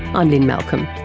i'm lynne malcolm.